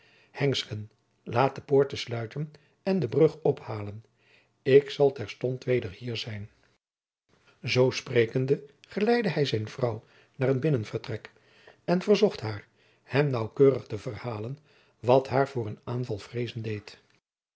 laat de poorten sluiten en de brug ophalen ik zal terstond weder hier zijn zoo sprekende geleidde hij zijne vrouw naar een binnenvertrek en verzocht haar hem naauwkeurig te verhalen wat haar voor een aanval vreezen deed